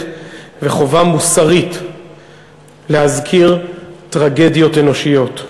וחובה מוסרית להזכיר טרגדיות אנושיות.